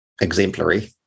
exemplary